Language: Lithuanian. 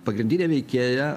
pagrindinė veikėja